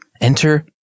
Enter